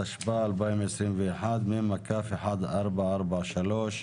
התשפ"א-2023, מ/1443.